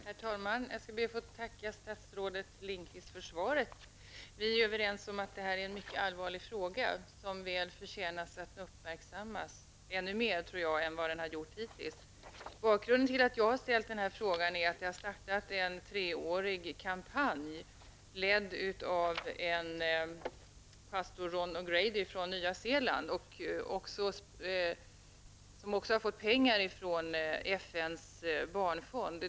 Herr talman! Jag skall be att få tacka statsrådet Lindqvist för svaret. Vi är överens om att detta är en mycket allvarlig fråga, som väl förtjänar att uppmärksammas ännu mer än hittills. Bakgrunden till att jag har ställt den här frågan är att en treårig kampanj har startats, ledd av en pastor från Nya Zeeland som har fått pengar från FN:s barnfond.